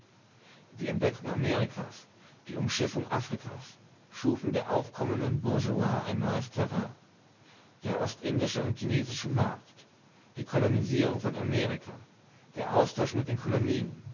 die entdeckung amerikas die umschiffung afrikas schufen der aufkommenden bourgeoisie ein neues terrain der ostindische und chinesische markt die kolonisierung von amerika der austausch mit den kolonien